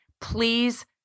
please